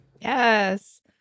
Yes